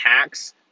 hacks